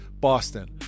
Boston